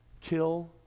kill